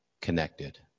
connected